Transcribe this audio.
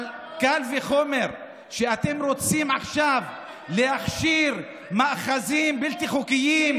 אבל קל וחומר כשאתם רוצים להכשיר עכשיו מאחזים בלתי חוקיים,